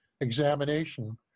examination